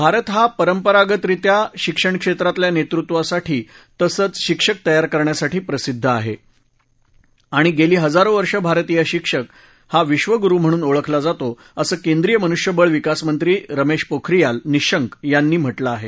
भारत हा परंपरागत रित्या शिक्षणक्षेत्रातल्या नेतृत्वासाठी तसंच शिक्षक तयार करण्यासाठी प्रसिद्ध आहे आणि गेली हजारो वर्षे भारतीय शिक्षक हा विंबगुरु म्हणून ओळखला जातो असं केंद्रीय मनुष्यबळ विकासमंत्री रमेश पोखरियाल निशंक यांनी म्हटलं आहे